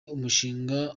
umushinga